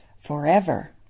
forever